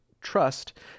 trust